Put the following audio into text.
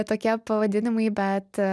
tokie pavadinimai bet